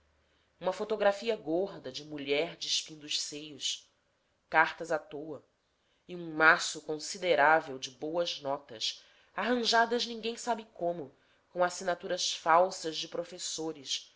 uma fotografia gorda de mulher despindo os seios cartas à-toa e um maço considerável de boas notas arranjadas ninguém sabe como com assinaturas falsas de professores